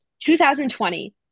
2020